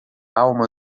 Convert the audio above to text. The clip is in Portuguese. alma